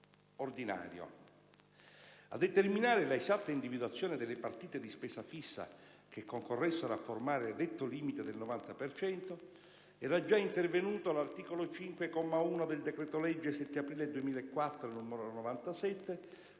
ordinario. A determinare l'esatta individuazione delle partite di spesa fissa che concorressero a formare detto limite del 90 per cento era già intervenuto l'articolo 5, comma 1, del decreto-legge 7 aprile 2004, n. 97,